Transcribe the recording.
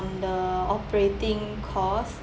the operating cost